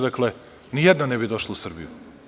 Dakle, ni jedna ne bi došla u Srbiju.